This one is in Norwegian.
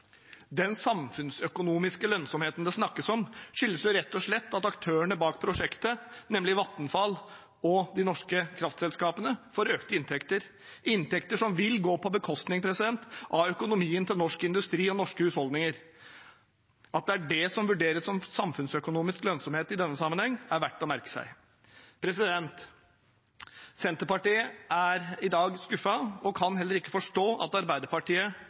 Den samfunnsøkonomiske lønnsomheten det snakkes om, skyldes rett og slett at aktørene bak prosjektet, nemlig Vattenfall og de norske kraftselskapene, får økte inntekter, inntekter som vil gå på bekostning av økonomien til norsk industri og norske husholdninger. At det er det som vurderes som samfunnsøkonomisk lønnsomhet i denne sammenheng, er verdt å merke seg. Senterpartiet er i dag skuffet og kan heller ikke forstå at Arbeiderpartiet